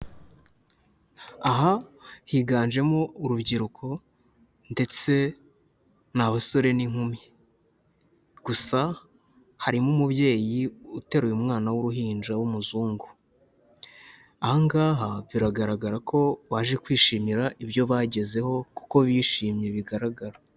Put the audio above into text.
Aha higanjemo urubyiruko ndetse ni abasore n'inkumi, gusa harimo umubyeyi uteruye umwana w'uruhinja w'umuzungu, aha ngaha biragaragara ko baje kwishimira ibyo bagezeho kuko bishimye bigaragara.